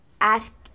ask